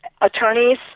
attorneys